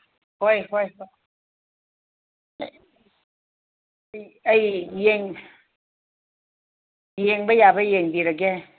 ꯍꯣꯏ ꯍꯣꯏ ꯍꯣꯏ ꯑꯩ ꯌꯦꯡꯕ ꯌꯥꯕ ꯌꯦꯡꯕꯤꯔꯒꯦ